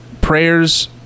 prayers